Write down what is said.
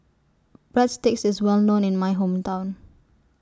Breadsticks IS Well known in My Hometown